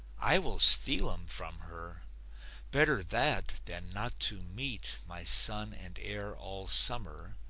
i will steal em from her better that than not to meet my son and heir all summer,